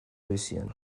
bizian